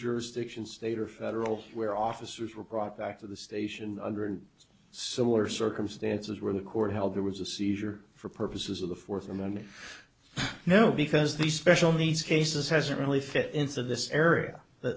jurisdiction state or federal where officers were brought back to the station under similar circumstances where the court held there was a seizure for purposes of the fourth amendment no because the special needs cases hasn't really fit into this area that